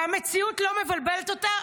המציאות לא מבלבלת אותה.